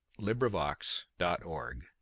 LibriVox.org